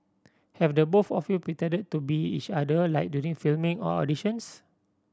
have the both of you pretended to be each other like during filming or auditions